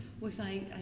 was—I